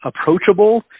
approachable